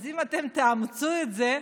אם אתם תאמצו את זה,